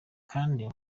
kandi